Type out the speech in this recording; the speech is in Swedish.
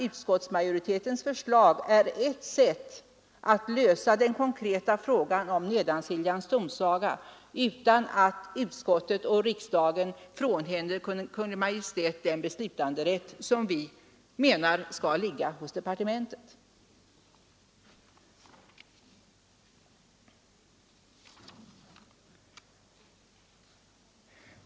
Utskottsmajoritetens förslag är ett sätt att lösa den konkreta frågan om Nedansiljans domsaga utan att utskottet och riksdagen frånhänder Kungl. Maj:t den beslutanderätt som vi menar skall ligga hos departementet.